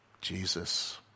Jesus